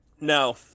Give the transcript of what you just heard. No